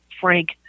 frank